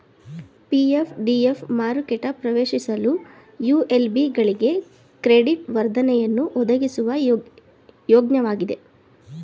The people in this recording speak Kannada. ಪಿ.ಎಫ್ ಡಿ.ಎಫ್ ಮಾರುಕೆಟ ಪ್ರವೇಶಿಸಲು ಯು.ಎಲ್.ಬಿ ಗಳಿಗೆ ಕ್ರೆಡಿಟ್ ವರ್ಧನೆಯನ್ನು ಒದಗಿಸುವ ಯೋಜ್ನಯಾಗಿದೆ